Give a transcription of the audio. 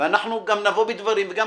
ואנחנו גם נבוא בדברים, וגם